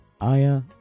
Aya